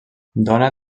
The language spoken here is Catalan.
dona